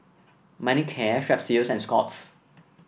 Manicare Strepsils and Scott's